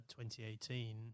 2018